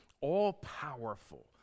all-powerful